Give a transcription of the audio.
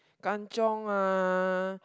kanchiong ah